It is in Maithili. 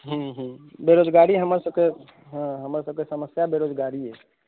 हूँ हूँ बेरोजगारी हमर सबके हँ हमर सबके समस्या बेरोजगारी अइ